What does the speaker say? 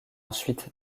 ensuite